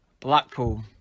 Blackpool